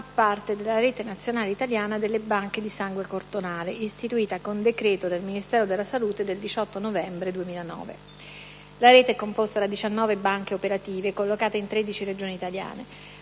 La rete è composta da 19 Banche operative, collocate in 13 Regioni italiane.